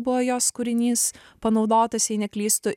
buvo jos kūrinys panaudotas jei neklystu